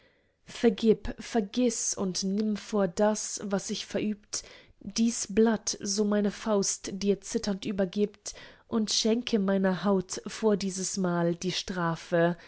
vergib vergiß und nimm vor das was ich verübt dies blatt so meine faust dir zitternd übergibt und schenke meiner haut vor dieses mal die strafe